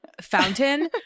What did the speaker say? fountain